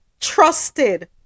trusted